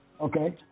Okay